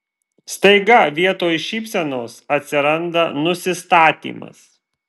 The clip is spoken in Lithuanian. staiga vietoj šypsenos atsiranda nusistatymas